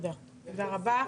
תודה רבה.